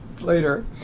later